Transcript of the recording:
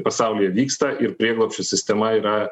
pasaulyje vyksta ir prieglobsčio sistema yra